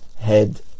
head